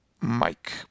Mike